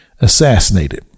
assassinated